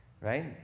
right